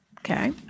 Okay